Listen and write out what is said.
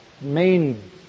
main